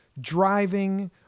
driving